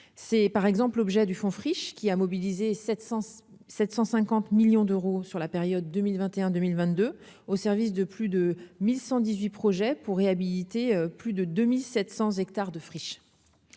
c'est par exemple l'objet du Fonds friche qui a mobilisé 700 750 millions d'euros sur la période 2021 2022 au service de plus de 1118 projets pour réhabiliter, plus de 2700 hectares de friches,